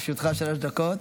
בבקשה, לרשותך שלוש דקות.